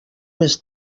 més